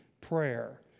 prayer